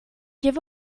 give